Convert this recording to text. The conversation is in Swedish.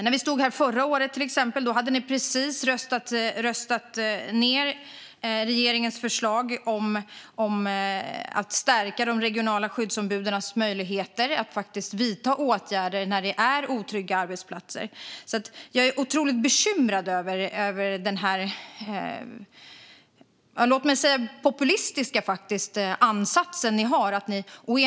När vi stod här förra året hade ni precis röstat ned regeringens förslag om att stärka de regionala skyddsombudens möjligheter att faktiskt vidta åtgärder när det är otrygga arbetsplatser. Jag är därför otroligt bekymrad över den populistiska ansats som ni har.